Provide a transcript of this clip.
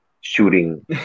Shooting